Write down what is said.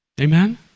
Amen